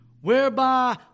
Whereby